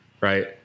right